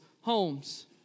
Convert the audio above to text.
homes